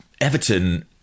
Everton